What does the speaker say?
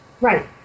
Right